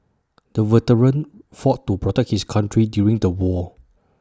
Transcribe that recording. the veteran fought to protect his country during the war